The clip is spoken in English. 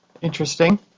Interesting